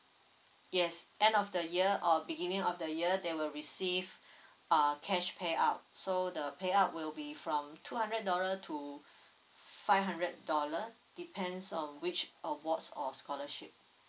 yes end of the year or beginning of the year they will receive err cash pay out so the pay out will be from two hundred dollar to five hundred dollar depends on which awards or scholarship